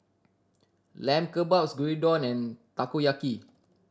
Lamb Kebabs Gyudon and Takoyaki